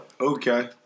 Okay